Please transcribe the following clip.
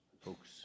folks